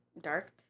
Dark